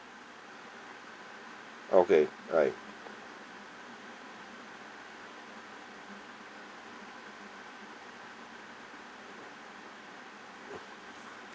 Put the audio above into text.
okay right